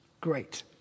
Great